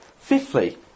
Fifthly